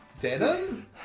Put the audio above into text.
Denim